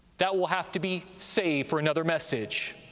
that will have to be saved for another message.